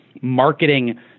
marketing